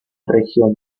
región